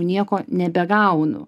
nieko nebegaunu